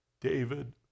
David